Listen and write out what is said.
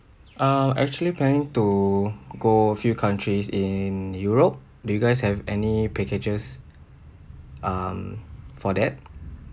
uh actually planning to go a few countries in europe do you guys have any packages um for that